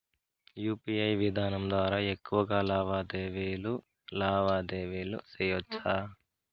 UPI విధానం ద్వారా ఎక్కువగా లావాదేవీలు లావాదేవీలు సేయొచ్చా?